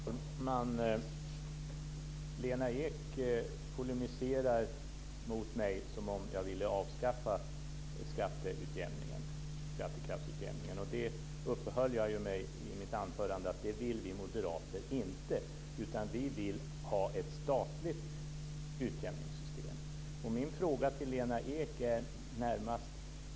Fru talman! Lena Ek polemiserar mot mig som om jag ville avskaffa skattekraftsutjämningen. Jag uppehöll mig i mitt anförande vid att det vill inte vi moderater. Vi vill ha ett statligt utjämningssystem.